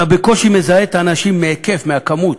אתה בקושי מזהה את האנשים בגלל ההיקף, הכמות,